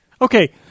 Okay